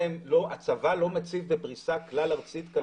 הצבא לא מציג בפריסה כלל ארצית קלפיות.